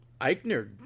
Eichner